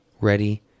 ready